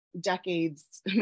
decades